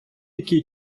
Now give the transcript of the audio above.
який